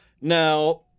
Now